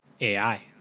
ai